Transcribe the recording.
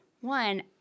one